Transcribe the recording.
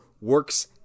works